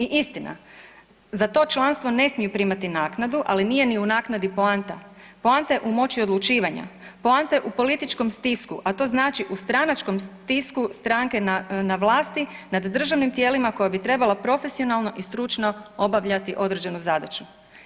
I istina, za to članstvo ne smiju primati naknadu, ali nije ni u naknadi poanta, poanta je u moći odlučivanja, poanta je u političkom stisku, a to znači u stranačkom stisku stranke na, na vlasti nad državnim tijelima koja bi trebala profesionalno i stručno obavljati određenu zadaću.